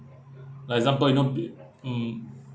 like example you know b~ mm